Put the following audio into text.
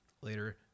Later